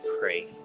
pray